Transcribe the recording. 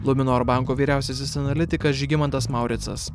luminor banko vyriausiasis analitikas žygimantas mauricas